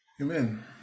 Amen